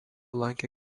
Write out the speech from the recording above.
lankė